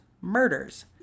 murders